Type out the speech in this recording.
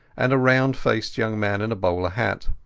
and a round-faced young man in a bowler hat.